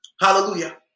Hallelujah